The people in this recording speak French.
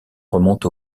remonte